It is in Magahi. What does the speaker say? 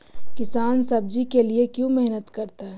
किसान सब्जी के लिए क्यों मेहनत करता है?